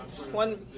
one